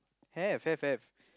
have have have